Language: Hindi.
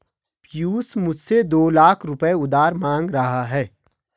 पियूष मुझसे दो लाख रुपए उधार मांग रहा है